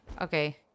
Okay